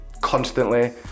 constantly